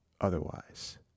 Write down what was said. otherwise